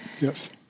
Yes